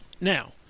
Now